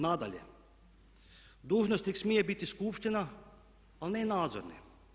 Nadalje, dužnosnik smije biti skupština ali ne nadzorne.